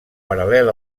paral·lel